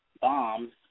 bombs